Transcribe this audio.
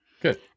Good